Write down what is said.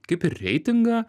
kaip ir reitingą